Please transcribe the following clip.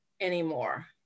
anymore